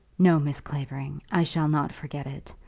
no, miss clavering i shall not forget it.